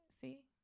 See